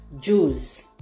Jews